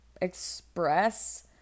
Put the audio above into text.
express